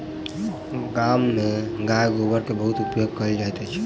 गाम में गाय गोबर के बहुत उपयोग कयल जाइत अछि